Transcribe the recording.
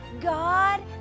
God